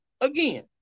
again